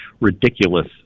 ridiculous